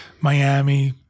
Miami